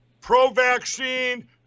pro-vaccine